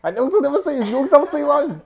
I also never say you ownself say [one]